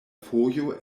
fojo